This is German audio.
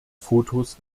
fotos